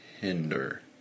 Hinder